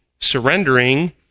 surrendering